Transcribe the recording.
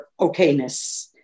okayness